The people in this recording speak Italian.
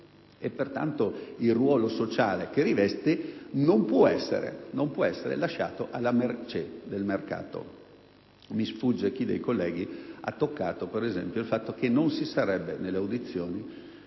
Pertanto, il ruolo sociale che riveste non può essere lasciato alla mercé del mercato. Mi sfugge chi dei colleghi, per esempio, ha detto che nelle audizioni